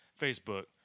Facebook